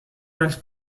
nel